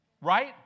Right